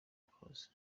close